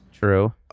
true